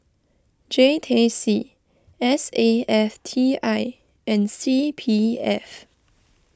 J T C S A F T I and C P F